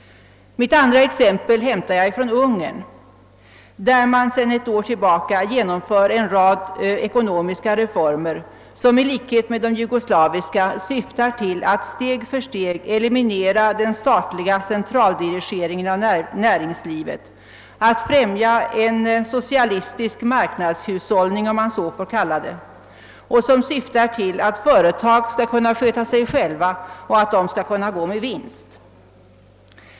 Mitt andra exempel hämtar jag från Ungern, där man sedan ett år tillbaka genomfört en rad ekonomiska reformer som i likhet med de jugoslaviska syftar till att steg för steg eliminera den statliga centraldirigeringen av närings livet, till att främja en socialistisk marknadshushållning — om man får kalla den så — samt till att företag skall kunna sköta sig själva och gå med vinst.